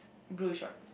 blue shorts